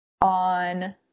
on